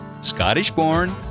Scottish-born